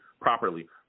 properly